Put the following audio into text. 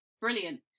brilliant